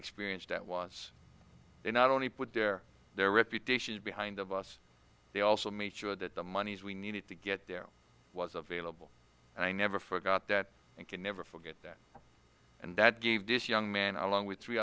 experience that was they not only put their their reputations behind of us they also made sure that the monies we needed to get there was available and i never forgot that and can never forget that and that gave this young man along with three